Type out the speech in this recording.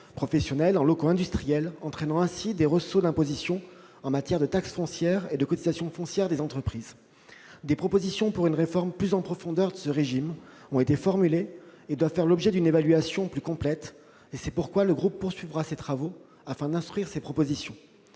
professionnels en locaux industriels, entraînant ainsi des ressauts d'imposition en matière de taxe foncière et de cotisation foncière des entreprises. Des propositions pour une réforme plus en profondeur de ce régime ont été formulées et doivent faire l'objet d'une évaluation plus complète et c'est pourquoi le groupe poursuivra ses travaux afin d'instruire ces propositions.